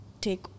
take